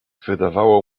wydawało